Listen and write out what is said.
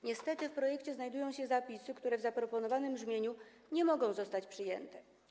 Niestety w projekcie znajdują się zapisy, które w zaproponowanym brzmieniu nie mogą zostać przyjęte.